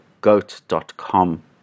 goat.com